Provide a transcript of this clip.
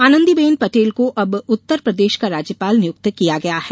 आनंदीबेन पटेल को अब उत्तरप्रदेश का राज्यपाल नियुक्त किया गया है